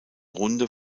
runde